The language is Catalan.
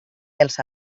els